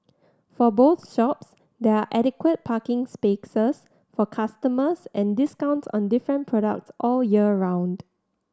for both shops there are adequate parking for customers and discounts on different products all year round